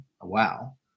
Wow